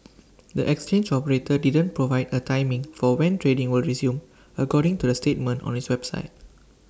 the exchange operator didn't provide A timing for when trading will resume according to the statement on its website